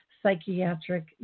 psychiatric